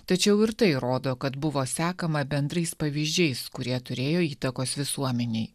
tačiau ir tai rodo kad buvo sekama bendrais pavyzdžiais kurie turėjo įtakos visuomenei